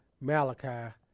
Malachi